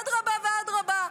אדרבה ואדרבה,